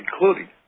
including